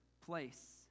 place